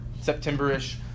September-ish